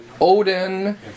odin